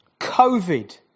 COVID